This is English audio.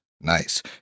nice